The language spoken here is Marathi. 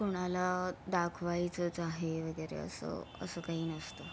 कुणाला दाखवायचंच आहे वगैरे असं असं काही नसतं